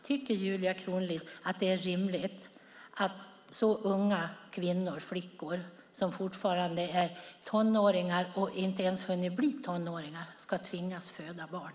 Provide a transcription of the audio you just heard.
Tycker Julia Kronlid att det är rimligt att så unga kvinnor - flickor som fortfarande är tonåringar och ibland inte ens har hunnit bli det - ska tvingas föda barn?